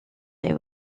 they